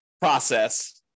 process